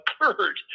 occurred